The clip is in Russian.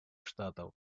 штатов